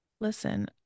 Listen